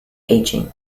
aging